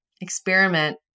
Experiment